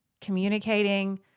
communicating